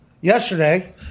yesterday